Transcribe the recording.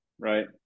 Right